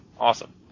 awesome